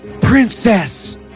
Princess